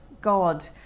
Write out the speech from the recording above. god